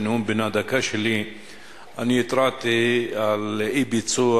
בנאום בן הדקה שלי אני התרעתי על אי-ביצוע